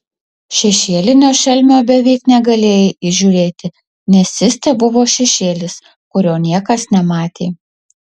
šešėlinio šelmio beveik negalėjai įžiūrėti nes jis tebuvo šešėlis kurio niekas nematė